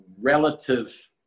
relative